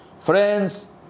Friends